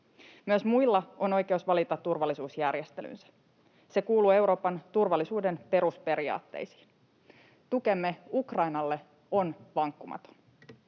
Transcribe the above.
Myös muilla on oikeus valita turvallisuusjärjestelynsä. Se kuuluu Euroopan turvallisuuden perusperiaatteisiin. Tukemme Ukrainalle on vankkumaton.